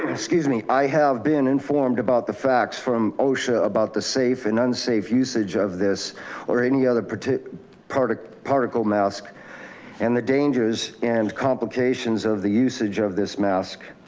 and excuse me. i have been informed about the facts from osha about the safe and unsafe usage of this or any other particle particle mask and the dangers and complications of the usage of this mask.